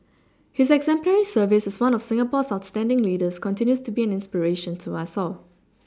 his exemplary service as one of Singapore's outstanding leaders continues to be an inspiration to us all